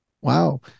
Wow